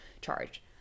charge